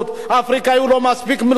אין לו מספיק תרבות.